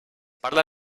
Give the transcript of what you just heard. parla